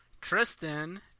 Tristan